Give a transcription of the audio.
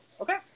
Okay